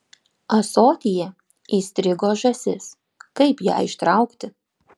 ąsotyje įstrigo žąsis kaip ją ištraukti